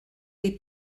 les